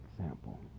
example